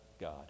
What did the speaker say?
God